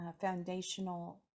foundational